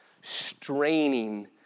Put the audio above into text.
straining